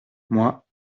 moi